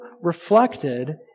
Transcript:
reflected